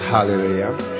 Hallelujah